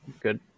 good